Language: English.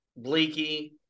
Bleaky